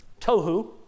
tohu